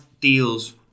deals